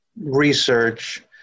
research